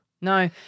No